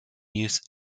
use